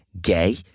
gay